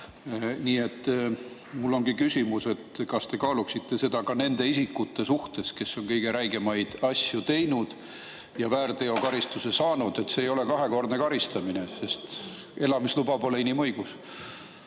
Nii et mul ongi küsimus: kas te kaaluksite seda ka nende isikute suhtes, kes on kõige räigemaid asju teinud ja väärteokaristuse saanud? See ei ole kahekordne karistamine. Elamisluba pole inimõigus.